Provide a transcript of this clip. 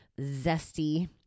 zesty